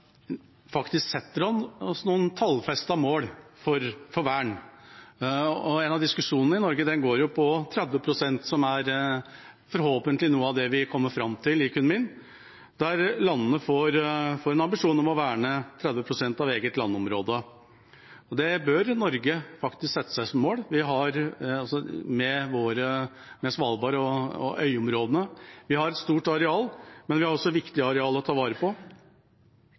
faktisk setter oss noen tallfestede mål for vern. Diskusjonen i Norge dreier seg jo om 30 pst., som forhåpentlig er noe av det vi kommer fram til i Kunming, der landene får en ambisjon om å verne 30 pst. av eget landområde. Det bør Norge faktisk sette seg som mål. Vi har, med Svalbard og øyområdene, et stort areal, men vi har også viktige arealer å ta vare på.